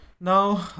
Now